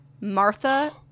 Martha